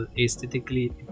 Aesthetically